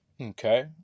okay